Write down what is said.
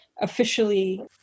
officially